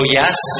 yes